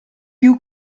più